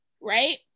Right